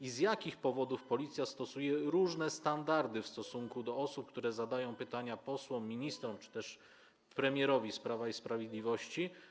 I z jakich powodów Policja stosuje różne standardy w stosunku do osób, które zadają pytania posłom, ministrom czy też premierowi z Prawa i Sprawiedliwości?